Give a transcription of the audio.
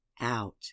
out